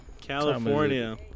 California